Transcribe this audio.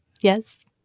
Yes